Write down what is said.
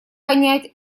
понять